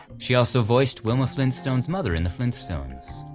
she also voiced wilma flintstone's mother in the flintstones.